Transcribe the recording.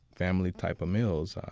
family type of meals.